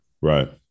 Right